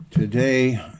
Today